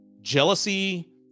jealousy